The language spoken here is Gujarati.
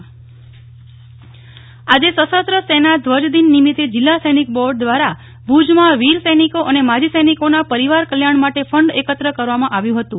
નેહલ ઠક્કર ભુજ સશસ્ત્ર સેના ધ્વજદિન આજે સશસ્ત્ર સેના ધ્વજદિન નિમિત્તે જિલ્લા સૈનિક બોર્ડ દ્વારા ભુજમાં વીર સૈનિકો અને માજી સૈનિકોના પરિવાર કલ્યાણ માટે ફંડ એકત્ર કરવામાં આવ્યું હતું